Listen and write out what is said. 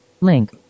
Link